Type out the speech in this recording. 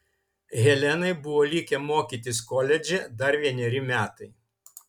helenai buvo likę mokytis koledže dar vieneri metai